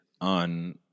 on